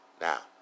Now